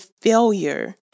failure